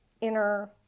inner